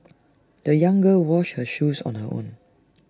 the young girl washed her shoes on her own